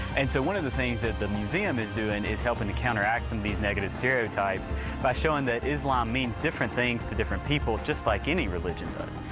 and so one of the things that the museum is doing is helping to counteract some of these negative stereotypes by showing that islam means different things to different people, just like any religion does.